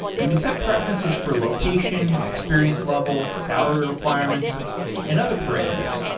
you can set preferences for location, experience level, salary requirements and other parameters,